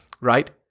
right